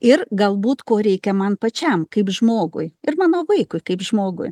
ir galbūt ko reikia man pačiam kaip žmogui ir mano vaikui kaip žmogui